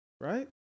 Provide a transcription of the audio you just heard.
Right